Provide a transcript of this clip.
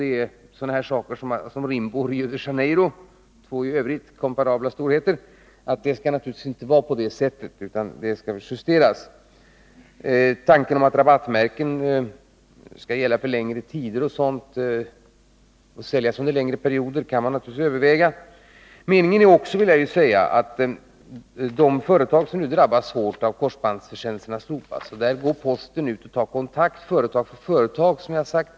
Det är sådana här saker som gäller Rimbo och Rio de Janeiro — två i övrigt komparabla storheter! Det skall naturligtvis inte vara på det sätt som det nu är, utan det skall justeras. Tanken att rabattmärken skall gälla för längre tid och säljas under längre perioder kan man naturligtvis överväga. Meningen är också att när det gäller de företag som nu drabbas hårt av att korsbandsförsändelserna slopas skall posten gå ut och ta kontakt företag för företag, som jag har sagt.